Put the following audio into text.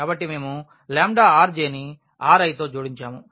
కాబట్టి మేము RJ ని Ri తో జోడించాము